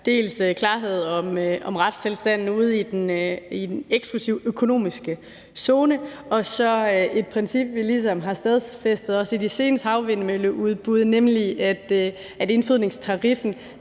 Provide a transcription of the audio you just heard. dels klarhed om retstilstanden ude i den eksklusive økonomiske zone, dels et princip, vi ligesom har stadfæstet også i de seneste havvindmølleudbud, om, at indfødningstariffen